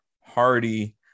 Hardy